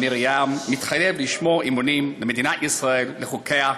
מתחייב לשמור אמונים למדינת ישראל ולחוקיה,